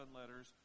letters